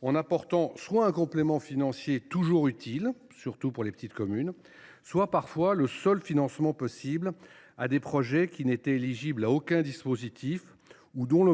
fournissait soit un complément financier, toujours utile, surtout pour les petites communes, soit parfois le seul financement possible pour des projets qui n’étaient éligibles à aucun dispositif ou dont le